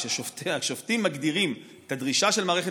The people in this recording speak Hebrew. כשהשופטים מגדירים את הדרישה של מערכת